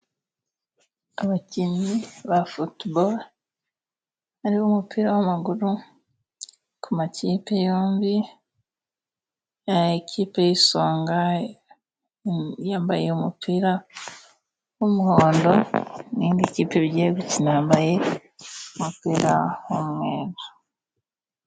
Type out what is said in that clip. Abakinnyi ba futubolo ariwo mupira w'amaguru ku makipe yombi, ikipe y'isonga yambaye umupira w'umuhondo n'indi kipe bigiye gukina yambaye umupira w' umweru.